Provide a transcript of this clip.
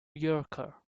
yorker